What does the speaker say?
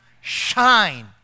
shine